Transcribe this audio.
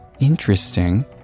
Interesting